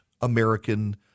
American